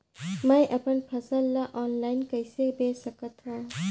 मैं अपन फसल ल ऑनलाइन कइसे बेच सकथव?